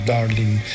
Darling